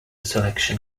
selection